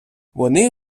вони